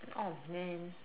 oh man